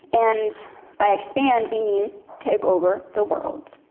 and by expand, we mean take over the world.